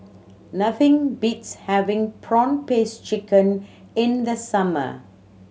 nothing beats having prawn paste chicken in the summer